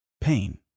pain